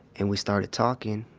and we started talking,